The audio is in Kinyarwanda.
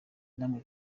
nawe